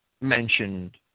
mentioned